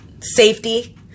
safety